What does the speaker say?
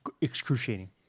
excruciating